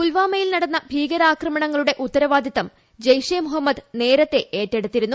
പുൽവാമയിൽ നടന്ന ഭീകരാക്രമണങ്ങളുടെ ഉത്തരവാദിത്തം ജെയ്ഷെ മുഹമ്മദ് നേരത്തെ ഏറ്റെടുത്തിരുന്നു